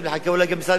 אולי גם משרד המשפטים,